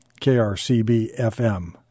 KRCB-FM